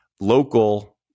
Local